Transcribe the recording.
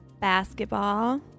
basketball